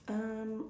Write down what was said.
um